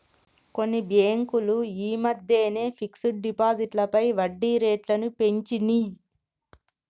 కొన్ని బ్యేంకులు యీ మద్దెనే ఫిక్స్డ్ డిపాజిట్లపై వడ్డీరేట్లను పెంచినియ్